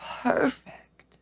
perfect